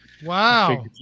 Wow